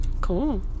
Cool